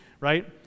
Right